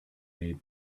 made